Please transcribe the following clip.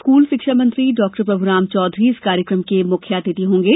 school शिक्षा मंत्री डॉ प्रभुराम चौधरी इस कार्यक्रम के मुख्य अतिथि होंगे